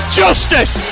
justice